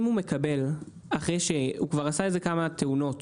אם הוא מקבל, אחרי שהוא כבר עשה כמה תאונות